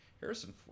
Harrison